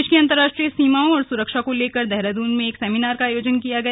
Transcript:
प्रदेश की अंतरराष्ट्रीय सीमाओं और सुरक्षा को लेकर देहरादून में एक सेमिनार का आयोजन किया गया